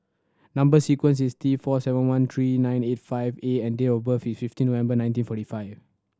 number sequence is T four seven one three nine eight five A and date of birth is fifteen November nineteen forty five